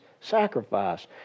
sacrifice